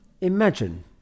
imagine